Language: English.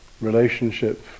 Relationship